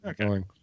okay